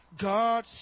God